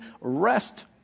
rest